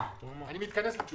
ציר העלייה הוא קריטי.